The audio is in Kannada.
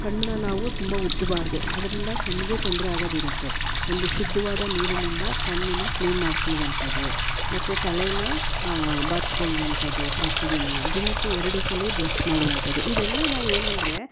ಕಣ್ಣನ್ನ ನಾವು ತುಂಬ ಉಜ್ಜಬಾರ್ದು ಅದರಿಂದ ಕಣ್ಣಿಗೆ ತೊಂದರೆ ಆಗೋದಿರುತ್ತೆ ಒಂದು ಶುದ್ಧವಾದ ನೀರಿನಿಂದ ಕಣ್ಣನ್ನು ಕ್ಲೀನ್ ಮಾಡ್ಕೊಳ್ಳುವಂಥದು ಮತ್ತು ತಲೇನ ಬಾಚ್ಕೊಳ್ಳುವಂಥದು ಪ್ರತಿದಿನ ದಿನಕ್ಕೆ ಎರಡು ಸಲ ಬ್ರಶ್ ಮಾಡುವಂಥದು ಇದೆಲ್ಲಾ ನಾವು ಏನು ಅಂದರೆ